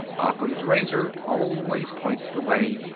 occam's razor always points the way.